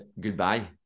goodbye